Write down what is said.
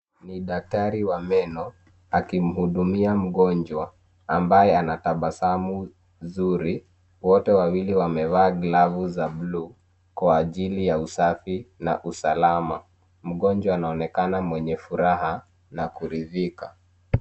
Ni daktari wa meno akimhudumia mgonjwa ambaye anatabasamu zuri wote wawili wamevaa glavu za buluu kwa ajili ya usafi na usalama mgonjwa anaonekana mwenye furaha na kurudhika